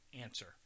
answer